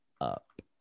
up